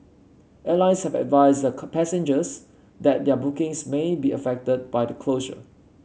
airlines have advised their passengers that their bookings may be affected by the closure